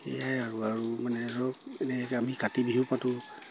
সেয়াই আৰু আৰু মানে ধৰক এনে আমি কাতি বিহু পাতোঁ